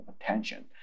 attention